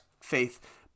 faith